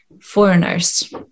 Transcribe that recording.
foreigners